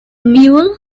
mule